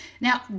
Now